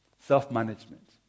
self-management